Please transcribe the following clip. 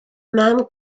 mam